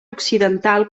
occidental